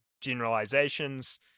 generalizations